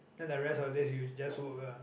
then the rest of days you just work lah